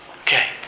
Okay